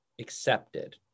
accepted